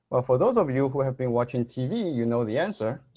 ah for those of you who have been watching tv, you know the answer